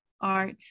art